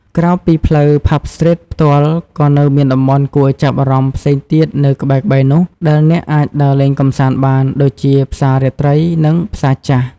ក្រៅពីផ្លូវ ផាប់ ស្ទ្រីត ផ្ទាល់ ក៏នៅមានតំបន់គួរឲ្យចាប់អារម្មណ៍ផ្សេងទៀតនៅក្បែរៗនោះ ដែលអ្នកអាចដើរលេងកម្សាន្តបានដូចជា ផ្សាររាត្រី និង ផ្សារចាស់។